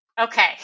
Okay